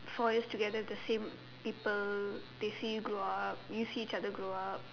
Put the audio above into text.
four years together with the same people they see you grow up you see each other grow up